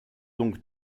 donc